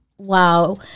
Wow